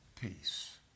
Peace